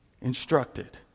instructed